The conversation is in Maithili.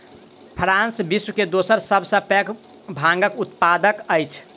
फ्रांस विश्व के दोसर सभ सॅ पैघ भांगक उत्पादक अछि